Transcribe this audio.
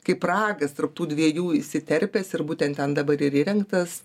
kaip ragas tarp tų dviejų įsiterpęs ir būtent ten dabar ir įrengtas